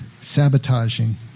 sabotaging